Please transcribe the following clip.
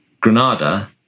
Granada